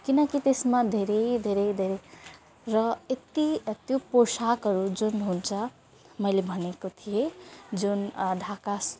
किनकि त्यसमा धेरै धेरै धेरै र यति यति पोसाकहरू जुन हुन्छ मैले भनेको थिएँ जुन ढाका